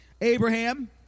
Abraham